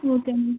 okay ma'am